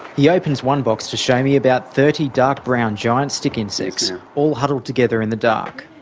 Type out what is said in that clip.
he opens one box to show me about thirty dark-brown giant stick insects, all huddled together in the dark.